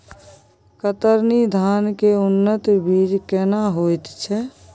कतरनी धान के उन्नत बीज केना होयत छै?